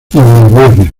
melbourne